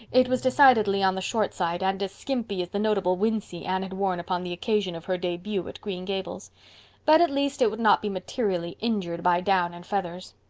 it was decidedly on the short side and as skimpy as the notable wincey anne had worn upon the occasion of her debut at green gables but at least it would not be materially injured by down and feathers.